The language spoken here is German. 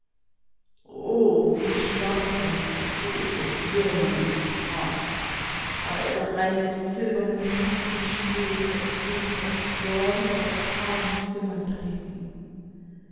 wie starrt von kot und würmern ihr haar da er darein mit silbernen füßen steht und jene verstorben aus kahlen zimmern treten